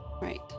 right